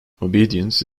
obedience